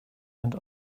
and